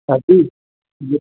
हा जी